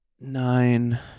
nine